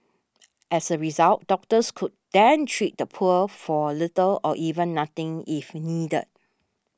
as a result doctors could then treat the poor for little or even nothing if needed